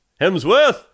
hemsworth